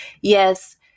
yes